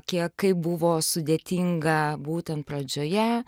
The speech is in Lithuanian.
kiek kaip buvo sudėtinga būtent pradžioje